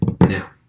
now